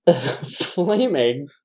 Flaming